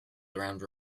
around